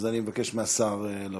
אז אני מבקש מהשר לבוא.